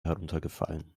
heruntergefallen